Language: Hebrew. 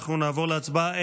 אנחנו נעבור להצבעה,